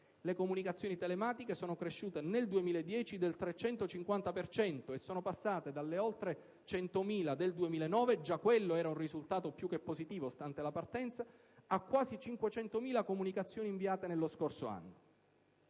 Le comunicazioni telematiche sono cresciute nel 2010 del 350 per cento e sono passate dalle oltre 100.000 del 2009 - già quello era un risultato più che positivo stante la partenza - a quasi 500.000 comunicazioni inviate nello scorso anno.